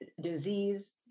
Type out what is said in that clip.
disease